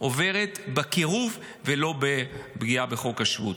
עוברת בקירוב ולא בפגיעה בחוק השבות.